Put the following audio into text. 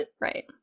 right